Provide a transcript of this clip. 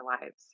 lives